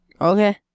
Okay